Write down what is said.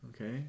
Okay